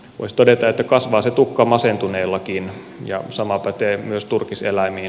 voisi todeta että kasvaa se tukka masentuneellakin ja sama pätee myös turkiseläimiin